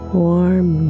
warm